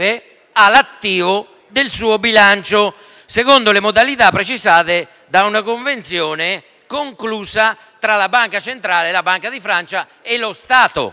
all'attivo del suo bilancio, secondo le modalità precisate da una convenzione conclusa tra la banca centrale (la Banque de France) e lo Stato.